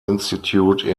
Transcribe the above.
institute